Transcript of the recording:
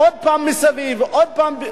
עוד פעם מסביב ועוד פעם,